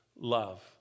love